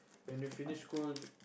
when you finish school